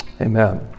Amen